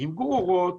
גרורות,